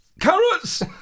Carrots